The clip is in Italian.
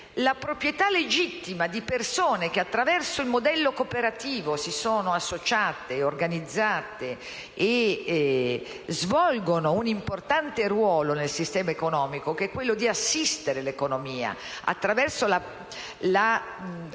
proprietà legittima di persone che, con un modello cooperativo, si sono associate, organizzate e svolgono un importante ruolo nel sistema economico: assistere l'economia attraverso la